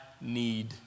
need